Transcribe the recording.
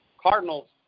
Cardinals